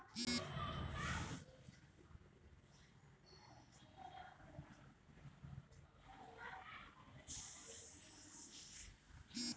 सैन्य बलमें हथियार आओर गाड़ीकेँ सभ साल बढ़ाओल जाइत छै